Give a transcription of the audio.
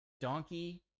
Donkey